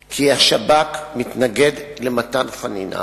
2009): בשנת 2000 ניתנה חוות דעת מהשב"כ